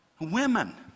women